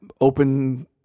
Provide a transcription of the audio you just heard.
open